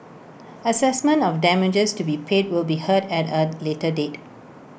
Assessment of damages to be paid will be heard at A later date